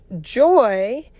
joy